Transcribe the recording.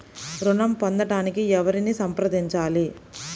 ఋణం పొందటానికి ఎవరిని సంప్రదించాలి?